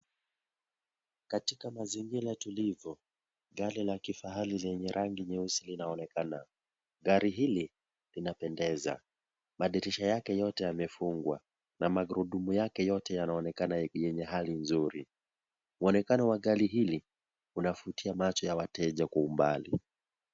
Katika mazingira tulivu, gari la kifahari lenye rangi nyeusi linaonekana. Gari hili linapendeza. Madirisha yake yote yamefungwa. Na magurudumu yake yote yanaonekana yenye hali nzuri. Mwonekano wa gari hili, unavutia macho ya wateja kwa umbali.